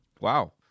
Wow